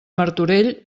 martorell